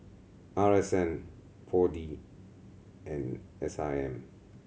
R S N Four D and S I M